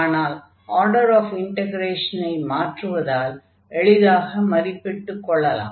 ஆனால் order of இன்டக்ரேஷனை மாற்றுவதால் எளிதாக மதிப்பிட்டுக் கொள்ளலாம்